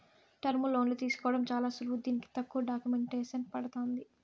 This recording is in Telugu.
టర్ములోన్లు తీసుకోవడం చాలా సులువు దీనికి తక్కువ డాక్యుమెంటేసన్ పడతాంది